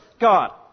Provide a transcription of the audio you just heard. God